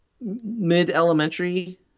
mid-elementary